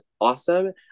awesome